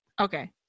Okay